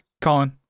Colin